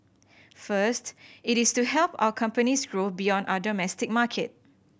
first it is to help our companies grow beyond our domestic market